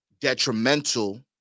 detrimental